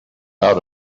out